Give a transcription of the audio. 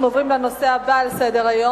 אנחנו עוברים לסעיף הבא על סדר-היום,